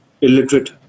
illiterate